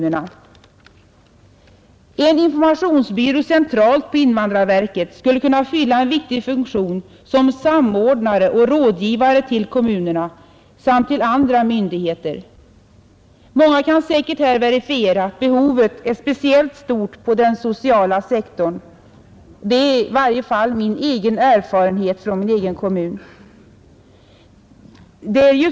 En informationsbyrå centralt på invandrarverket skulle kunna fylla en viktig funktion som samordnare och rådgivare till kommunerna samt till andra myndigheter. Många här kan säkert verifiera att behovet är speciellt stort på den sociala sektorn. Det är i varje fall min erfarenhet från min egen kommun.